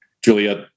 Juliet